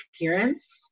appearance